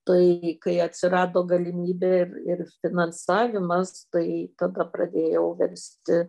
tai kai atsirado galimybė ir ir finansavimas tai tada pradėjau versti